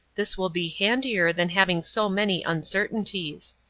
this will be handier than having so many uncertainties.